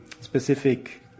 specific